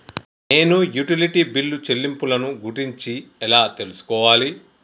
నేను utility bill చెల్లింపులను గురించి ఎలా తెలుసుకోవాలి?